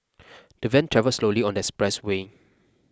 the van travelled slowly on the expressway